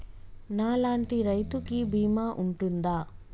నా లాంటి రైతు కి బీమా ఉంటుందా?